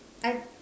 I